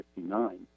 1959